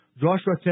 Joshua